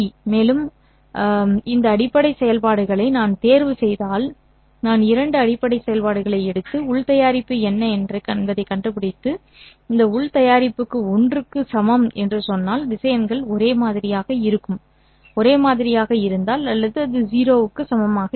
மேலும் இந்த அடிப்படை செயல்பாடுகளை நான் தேர்வுசெய்தால் நான் இரண்டு அடிப்படை செயல்பாடுகளை எடுத்து உள் தயாரிப்பு என்ன என்பதைக் கண்டுபிடித்து இந்த உள் தயாரிப்பு ஒன்றுக்கு சமம் என்று சொன்னால் திசையன்கள் ஒரே மாதிரியாக இருந்தால் அல்லது அது 0 க்கு சமமாக இருக்கும்